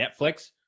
Netflix